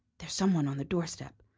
there's some one on the doorstep.